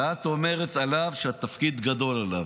ואת אומרת עליו שהתפקיד גדול עליו.